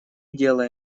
делай